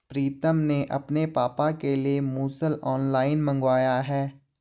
प्रितम ने अपने पापा के लिए मुसल ऑनलाइन मंगवाया है